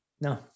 No